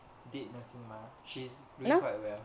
did nursing mah she's doing quite well